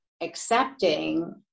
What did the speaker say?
accepting